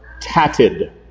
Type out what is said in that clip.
tatted